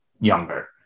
younger